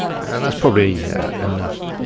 and that's probably yeah enough.